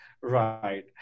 right